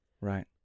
right